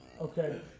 Okay